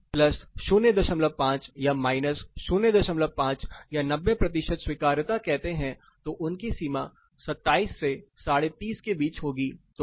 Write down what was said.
यदि आप 05 या 05 या 90 प्रतिशत स्वीकार्यता कहते हैं तो उनकी सीमा 27 से 305 के बीच होगी